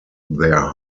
their